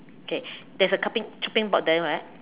okay there is a cutting chopping board there right